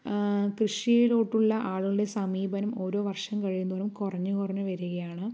കൃഷിയിലോട്ടുള്ള ആളുകളുടെ സമീപനം ഓരോ വർഷം കഴിയുംതോറും കുറഞ്ഞു കുറഞ്ഞു വരികയാണ്